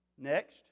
Next